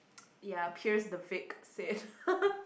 ya Pierce the Vic said